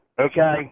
okay